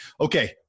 Okay